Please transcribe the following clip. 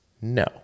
No